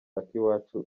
akiwacu